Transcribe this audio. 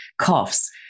coughs